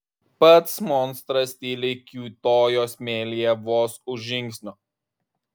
pats monstras tyliai kiūtojo smėlyje vos už žingsnio